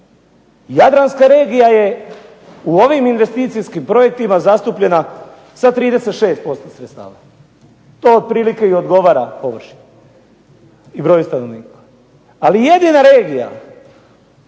Jadranska regija je u ovim investicijskim projektima zastupljena sa 36% sredstava. To otprilike odgovara površini i broju stanovnika. Ali jedina regija